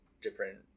different